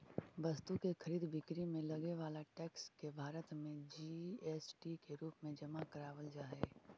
वस्तु के खरीद बिक्री में लगे वाला टैक्स के भारत में जी.एस.टी के रूप में जमा करावल जा हई